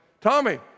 Tommy